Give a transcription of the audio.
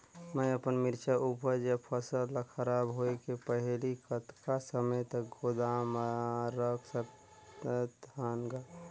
मैं अपन मिरचा ऊपज या फसल ला खराब होय के पहेली कतका समय तक गोदाम म रख सकथ हान ग?